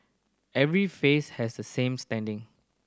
every face has the same standing